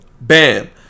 Bam